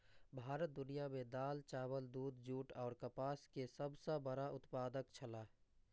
भारत दुनिया में दाल, चावल, दूध, जूट और कपास के सब सॉ बड़ा उत्पादक छला